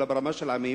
אלא ברמה של עמים,